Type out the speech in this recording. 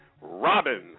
Robin